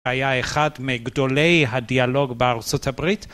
היה אחד מגדולי הדיאלוג בארה״ב.